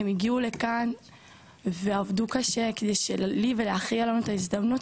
הם הגיעו לכאן ועבדו קשה כדי שלי ולאחי יהיה לנו את ההזדמנות